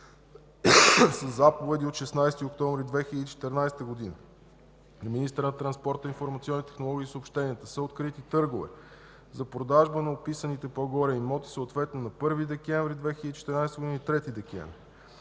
Със заповеди от 16 октомври 2014 г. на министъра на информационните технологии и съобщенията са открити търгове за продажба на описаните по-горе имоти, съответно на 1 декември 2014 г. и 3 декември